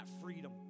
freedom